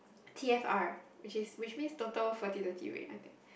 T_F_R which is which means total fertility rate I think